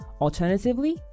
Alternatively